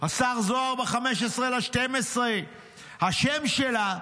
השר זוהר ב-15 בדצמבר: השם שלה,